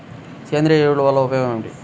సేంద్రీయ ఎరువుల వల్ల ఉపయోగమేమిటీ?